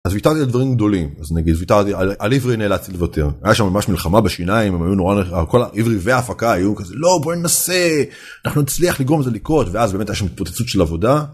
אז ויתרתי על דברים גדולים אז נגיד ויתרתי על עברי נאלצתי לוותר.. היתה שם ממש מלחמה בשיניים הם היו נורא אה.. כל.. עברי והפקה היו כזה לא בוא ננסה אנחנו נצליח לגרום זה לקרות ואז באמת היה שם התפוצצות של עבודה.